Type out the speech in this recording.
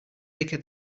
thicker